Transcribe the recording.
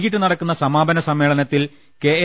വൈകിട്ട് നടക്കുന്ന സമാപന സമ്മേളനത്തിൽ കെ